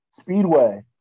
Speedway